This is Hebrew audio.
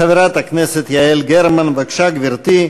חברת הכנסת יעל גרמן, בבקשה, גברתי.